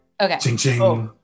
okay